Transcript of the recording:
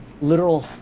literal